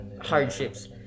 hardships